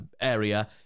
area